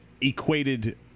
equated